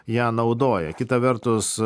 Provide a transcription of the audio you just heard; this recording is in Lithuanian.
ją naudoja kita vertus